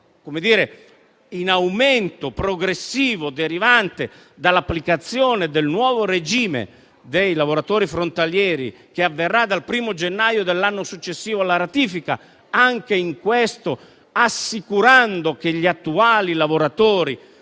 in aumento progressivo derivante dall'applicazione del nuovo regime dei lavoratori frontalieri, che avverrà dal 1° gennaio dell'anno successivo alla ratifica, anche in questo caso assicurando che gli attuali lavoratori